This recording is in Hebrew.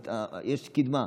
יש קדמה,